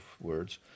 words